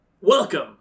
Welcome